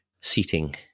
seating